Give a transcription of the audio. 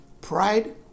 Pride